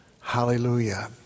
Hallelujah